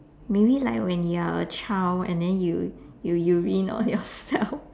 maybe like when you're a child and then you you urine on yourself